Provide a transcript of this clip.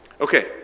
Okay